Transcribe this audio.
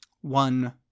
one